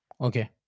Okay